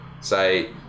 Say